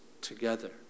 together